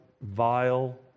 vile